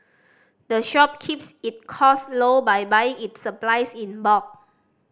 the shop keeps its cost low by buying its supplies in bulk